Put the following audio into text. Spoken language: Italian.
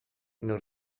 non